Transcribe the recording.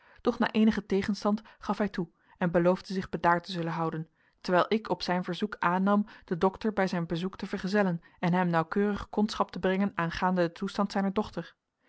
doch na eenigen tegenstand gaf hij toe en beloofde zich bedaard te zullen houden terwijl ik op zijn verzoek aannam den dokter bij zijn bezoek te vergezellen en hem nauwkeurig kondschap te brengen aangaande den toestand zijner dochter